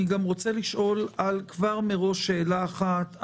אני גם רוצה לשאול מראש שאלה אחת.